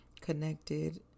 connected